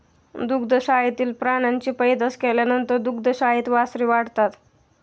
दुग्धशाळेतील प्राण्यांची पैदास केल्यानंतर दुग्धशाळेत वासरे वाढतात